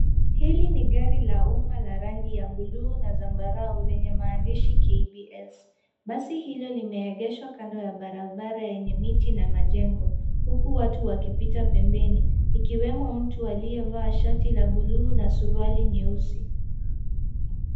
Hili ni gari la umma la rangi ya bluu na zambarau lenye maandishi KBS. Basi hilo limeegeshwa kando ya barabara yenye miti na majengo huku watu wakipita pembeni ikiwemo mtu aliyevaa shati la buluu na suruali nyeusi.